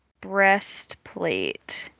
breastplate